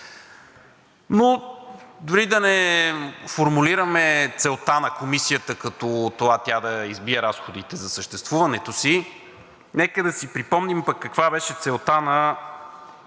Но дори да не формулираме целта на Комисията, като това тя да избие разходите за съществуването си, нека да си припомним пък каква беше целта на